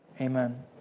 Amen